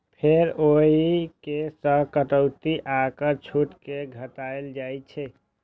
फेर ओइ मे सं कटौती आ कर छूट कें घटाएल जाइ छै